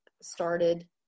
started